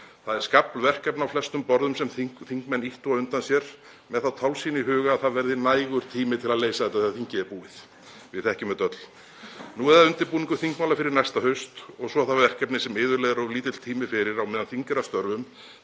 Það er skafl verkefna á flestum borðum sem þingmenn ýttu á undan sér með þá tálsýn í huga að það verði nægur tími til að leysa þetta þegar þingið er búið, við þekkjum þetta öll. Nú er það undirbúningur þingmála fyrir næsta haust og svo það verkefni sem iðulega er of lítill tími fyrir á meðan þing er að störfum,